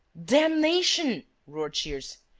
damnation! roared shears.